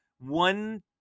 one